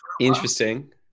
interesting